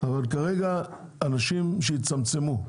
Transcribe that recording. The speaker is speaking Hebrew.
אבל כרגע שאנשים יצמצמו,